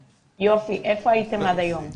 יופי, איפה הייתם עד היום?